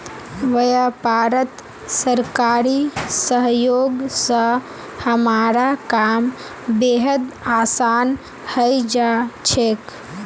व्यापारत सरकारी सहयोग स हमारा काम बेहद आसान हइ जा छेक